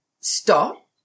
stop